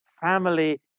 family